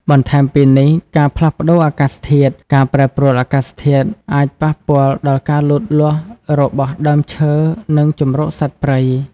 បន្ថែមពីនេះការផ្លាស់ប្តូរអាកាសធាតុ ការប្រែប្រួលអាកាសធាតុអាចប៉ះពាល់ដល់ការលូតលាស់របស់ដើមឈើ និងជម្រកសត្វព្រៃ។